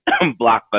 blockbuster